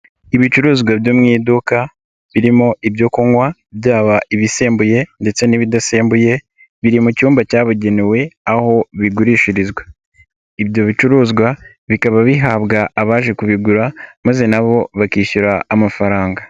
Ibicuruzwa byo mu iduka birimo ibyo kunywa byaba ibisembuye ndetse n'ibidasembuye biri mu cyumba cyabugenewe aho bigurishirizwa, ibyo bicuruzwa bikaba bihabwa abaje kubigura maze na bo bakishyura amafaranga.